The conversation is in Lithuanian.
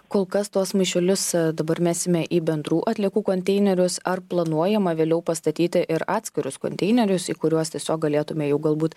kol kas tuos maišelius dabar mesime į bendrų atliekų konteinerius ar planuojama vėliau pastatyti ir atskirus konteinerius į kuriuos tiesiog galėtume jau galbūt